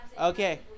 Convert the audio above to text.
Okay